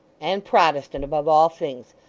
and protestant above all things.